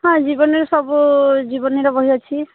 ହଁ ଜୀବନୀ ହଁ ସବୁ ଜୀବନୀର ବହି ଅଛି